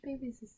babies